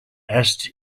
erst